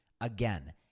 Again